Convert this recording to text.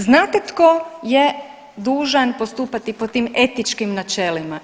Znate tko je dužan postupati po tim etičkim načelima?